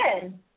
good